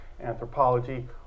anthropology